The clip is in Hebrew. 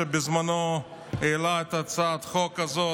שבזמנו העלה את הצעת החוק הזאת.